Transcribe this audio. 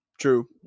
true